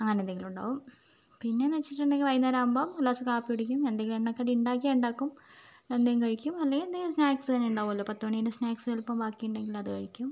അങ്ങനെ എന്തെങ്കിലും ഉണ്ടാകും പിന്നെ എന്ന് വെച്ചിട്ടുണ്ടെങ്കി വൈന്നേരം ആകുമ്പോൾ ഒരു ഗ്ലാസ് കാപ്പി കുടിക്കും എന്തെങ്കിലും എണ്ണക്കടി ഉണ്ടാക്കിയാൽ ഉണ്ടാക്കും എന്തെങ്കിലും കഴിക്കും അല്ലെങ്കിൽ എന്തെങ്കിലും സ്നാക്സ് തന്നെ ഉണ്ടാകുമല്ലോ പത്ത് മണിൻ്റെ സ്നാക്സ് ചിലപ്പോൾ ബാക്കി ഉണ്ടെങ്കിൽ അത് കഴിക്കും